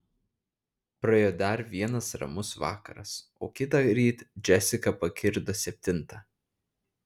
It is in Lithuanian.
praėjo dar vienas ramus vakaras o kitąryt džesika pakirdo septintą